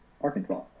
Arkansas